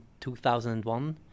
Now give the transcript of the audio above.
2001